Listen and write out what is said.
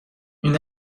این